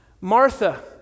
Martha